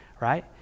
right